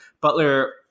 Butler